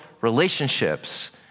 relationships